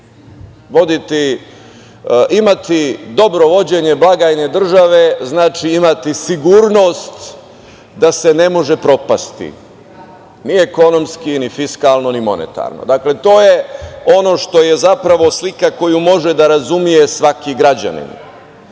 Imati dobro vođenje blagajne države, znači imati sigurnost da se ne može propasti ni ekonomski, ni fiskalno, ni monetarno. Dakle, to je ono što je zapravo slika koju može da razume svaki građanin. Ja